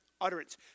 utterance